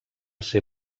ser